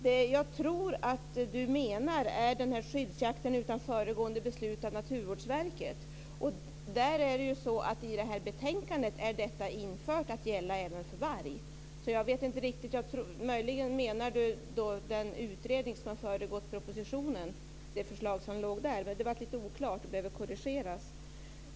Det som jag tror att Viviann Gerdin syftar på är skyddsjakt utan föregående beslut av Naturvårdsverket. I betänkandet har införts att detta ska gälla även för varg. Möjligen tänkte Viviann Gerdin på förslaget i den utredning som har föregått propositionen. Det var lite oklart och behöver korrigeras.